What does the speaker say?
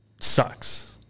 sucks